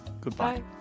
Goodbye